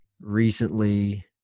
recently